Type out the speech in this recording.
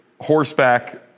horseback